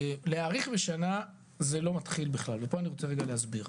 להאריך בשנה זה לא מתחיל בכלל ופה אני רוצה רגע להסביר.